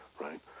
right